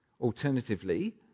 Alternatively